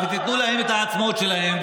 ותיתנו להם את העצמאות שלהם,